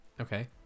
okay